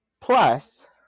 Plus